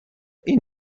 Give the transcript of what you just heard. این